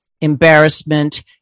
embarrassment